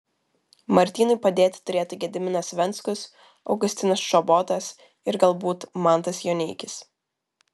martynui padėti turėtų gediminas venckus augustinas čobotas ir galbūt mantas joneikis